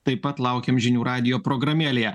taip pat laukiam žinių radijo programėlėje